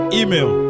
email